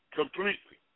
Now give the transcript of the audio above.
completely